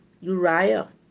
Uriah